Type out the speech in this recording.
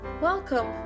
Welcome